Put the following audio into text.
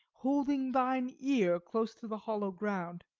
holding thine ear close to the hollow ground